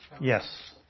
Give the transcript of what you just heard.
Yes